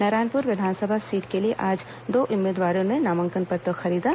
नारायणपुर विधानसभा सीट के लिए आज दो उम्मीदवारों ने नामांकन पत्र खरीदा